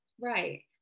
Right